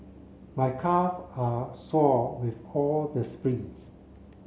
my calve are sore with all the sprints